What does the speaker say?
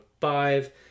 five